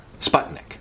Sputnik